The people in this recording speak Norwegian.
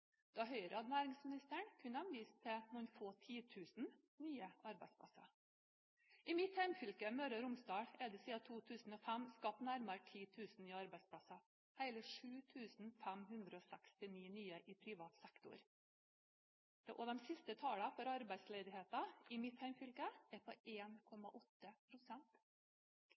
Da Høyre hadde næringsministeren kunne de vise til noen få titusen nye arbeidsplasser. I mitt hjemfylke, Møre og Romsdal, er det siden 2005 skapt nærmere 10 000 nye arbeidsplasser, hele 7 569 nye i privat sektor. De siste tallene for arbeidsledigheten i mitt hjemfylke er på